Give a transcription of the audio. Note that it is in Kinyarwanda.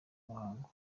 muhango